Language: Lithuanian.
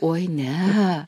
oi ne